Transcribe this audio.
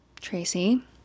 tracy